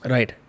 Right